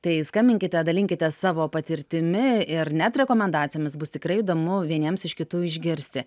tai skambinkite dalinkitės savo patirtimi ir net rekomendacijomis bus tikrai įdomu vieniems iš kitų išgirsti